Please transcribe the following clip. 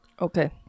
Okay